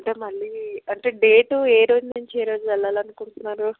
అంటే మళ్ళీ అంటే డేట్ ఏరోజు నుంచి ఏ రోజు వెళ్ళాలని అనుకుంటున్నారు